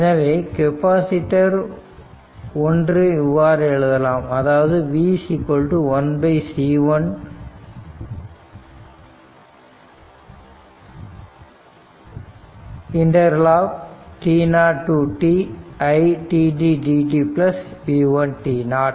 எனவே கெப்பாசிட்டர் 1 இவ்வாறு எழுதலாம் அதாவது v 1C1 t0 to t it dt v1 t0